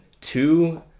two